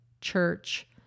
church